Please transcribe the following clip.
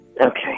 Okay